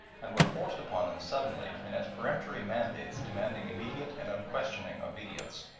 and were forced upon them suddenly and as peremptory mandates demanding immediate and unquestioning obedience.